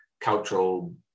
cultural